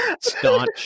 staunch